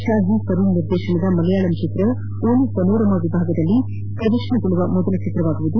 ಷಾಜಿ ಕರುಣ್ ನಿರ್ದೇತನದ ಮಲಯಾಳಂ ಚಿತ್ರ ಒಲು ಪನೋರಮಾ ವಿಭಾಗದಲ್ಲಿ ಪ್ರದರ್ತನಗೊಳ್ಳುವ ಮೊದಲ ಚಿತ್ರವಾಗಲಿದೆ